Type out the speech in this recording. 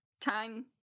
time